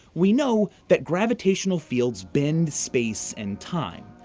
we know that gravitational fields bend space and time.